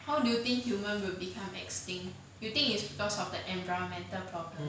mm